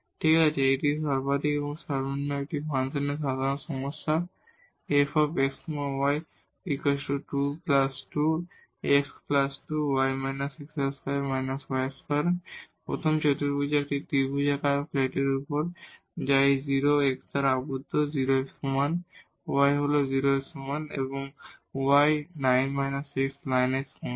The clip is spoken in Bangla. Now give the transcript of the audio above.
ঠিক আছে এই সর্বাধিক এবং সর্বনিম্ন এই ফাংশনের একটি সাধারণ সমস্যা f x y 22 x2 y−x2− y2 প্রথম চতুর্ভুজের একটি ত্রিভুজাকার প্লেটের উপর যা এই 0 x দ্বারা আবদ্ধ 0 এর সমান y হল 0 এর সমান এবং y 9 x লাইনের সমান